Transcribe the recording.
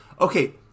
okay